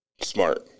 smart